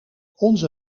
onze